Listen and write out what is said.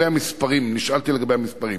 נשאלתי לגבי המספרים.